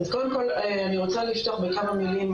קודם כל אני רוצה לפתוח בכמה מילים.